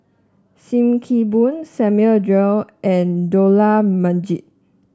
Sim Kee Boon Samuel Dyer and Dollah Majid